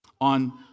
On